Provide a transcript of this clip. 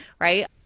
right